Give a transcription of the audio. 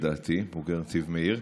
לדעתי הוא בוגר נתיב מאיר,